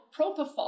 propofol